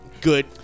good